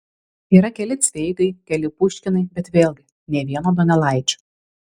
yra keli cveigai keli puškinai bet vėlgi nė vieno donelaičio